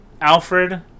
Alfred